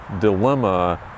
dilemma